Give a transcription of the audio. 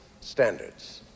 standards